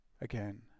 again